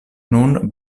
nun